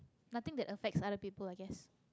nothing that affects other people i guess